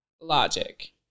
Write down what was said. logic